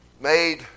made